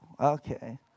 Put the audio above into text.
okay